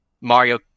Mario